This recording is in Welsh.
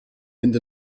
mynd